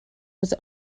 was